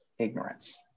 Ignorance